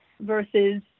versus